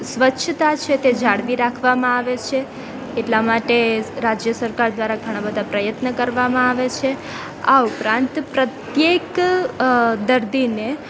સ્વચ્છતા છે તે જાળવી રાખવામાં આવે છે એટલા માટે રાજ્ય સરકાર દ્વારા ઘણા બધા પ્રયત્ન કરવામાં આવે છે આ ઉપરાંત પ્રત્યેક દર્દીને